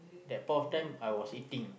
that point of time I was eating